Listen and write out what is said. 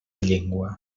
llengua